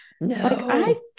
No